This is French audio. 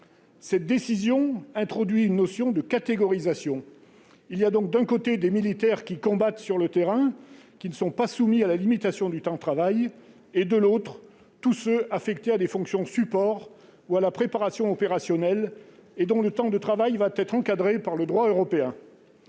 Cette décision introduit une notion de catégorisation. Il y aurait d'un côté des militaires qui combattent sur le terrain et ne sont pas soumis à la limitation du temps de travail et, de l'autre, tous ceux qui sont affectés à des fonctions de support ou à la préparation opérationnelle, dont le temps de travail va être encadré par le droit européen.